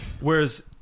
Whereas